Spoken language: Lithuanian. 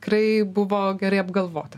tikrai buvo gerai apgalvotas